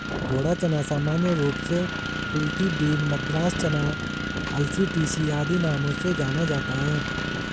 घोड़ा चना सामान्य रूप से कुलथी बीन, मद्रास चना, अलसी, तीसी आदि नामों से जाना जाता है